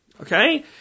Okay